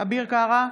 אביר קארה,